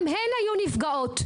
גם הן היו נפגעות.